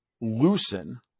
loosen